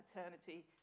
eternity